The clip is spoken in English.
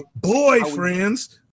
boyfriends